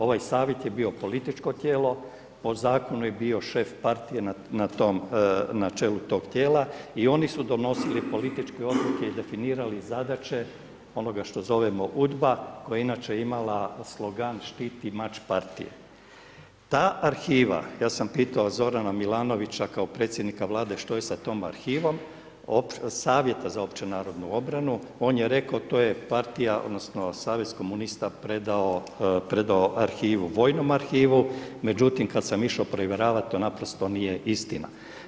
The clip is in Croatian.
Ovaj savjet je bio političko tijelo, po zakonu je bio šef partije na čelu tog tijela i oni su donosili političke odluke i definirali zadaće, onoga što zovemo UDBA koja je inače imala slogan „Šiti mač partije.“ Ta arhiva, ja sam pitao, Zorana Milanovića, kao predsjednika Vlade, što je sa tom arhivom, savjeta za opću narodnu obranu, on je rekao, to je partija, odnosno, savez komunista predao arhivu, vojnom arhivu, međutim, kad sam išao provjeravati, to naprosto nije istina.